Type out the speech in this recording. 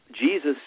Jesus